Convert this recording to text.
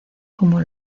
como